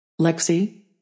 Lexi